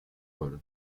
pol